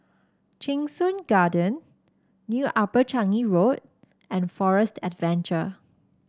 Cheng Soon Garden New Upper Changi Road and Forest Adventure